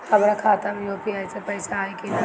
हमारा खाता मे यू.पी.आई से पईसा आई कि ना?